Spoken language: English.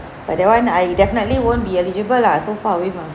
but that one I definitely won't be eligible lah so far away mah